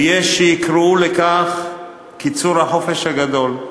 ויש שיקראו לכך קיצור החופש הגדול,